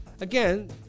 Again